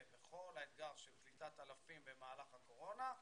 בכל אתגר של קליטת אלפים במהלך הקורונה.